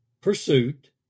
pursuit